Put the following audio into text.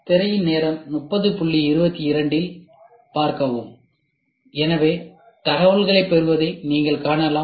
திரையின் நேரம் 3022 இல் பார்க்கவும் எனவே நீங்கள் தகவல்களைப் பெறுவதை காணலாம்